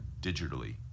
digitally